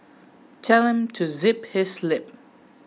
tell him to zip his lip